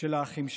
של האחים שלי.